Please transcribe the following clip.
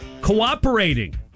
Cooperating